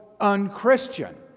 unchristian